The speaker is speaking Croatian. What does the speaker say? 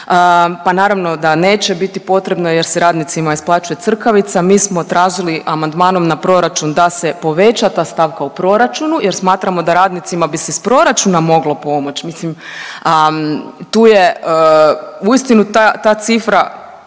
Pa naravno da neće biti potrebno jer se radnicima isplaćuje crkavica. Mi smo tražili amandmanom na proračun da se poveća ta stavka u proračunu jer smatramo da radnicima bi se iz proračuna moglo pomoć, a tu je uistinu ta cifra